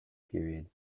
period